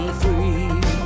free